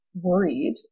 worried